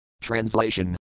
Translation